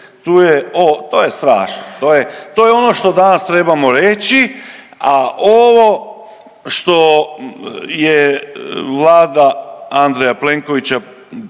to je strašno, to je, to je ono što danas trebamo reći, a ovo što je vlada Andreja Plenkovića